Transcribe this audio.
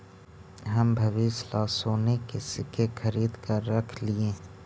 हम भविष्य ला सोने के सिक्के खरीद कर रख लिए